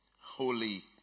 Holy